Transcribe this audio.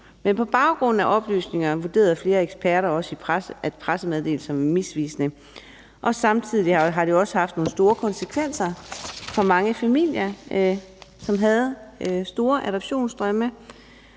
Men på baggrund af oplysninger vurderede flere eksperter også, at pressemeddelelsen var misvisende, og samtidig har det jo også haft nogle store konsekvenser for mange familier, som havde store adoptionsdrømme,